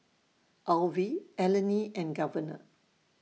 Alvie Eleni and Governor